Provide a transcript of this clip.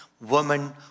woman